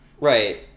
Right